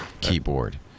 keyboard